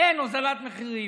אין הורדת מחירים.